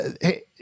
hey